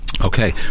Okay